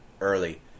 early